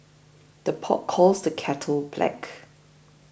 the pot calls the kettle black